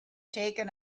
taken